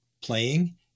playing